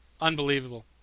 Unbelievable